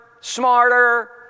smarter